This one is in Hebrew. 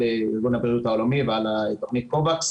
ארגון הבריאות העולמי ועל תוכנית קובקס